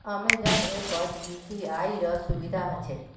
Amazon ऐपत यूपीआईर सुविधा ह छेक